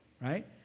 right